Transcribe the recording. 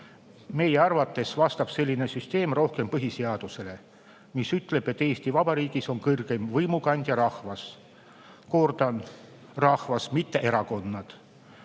Meie arvates vastab selline süsteem rohkem põhiseadusele, mis ütleb, et Eesti Vabariigis on kõrgeima võimu kandja rahvas. Kordan: rahvas, mitte erakonnad.